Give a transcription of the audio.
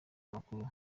amakuru